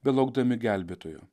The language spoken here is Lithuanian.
belaukdami gelbėtojo